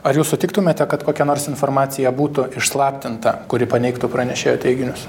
ar jūs sutiktumėte kad kokia nors informacija būtų išslaptinta kuri paneigtų pranešėjo teiginius